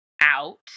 out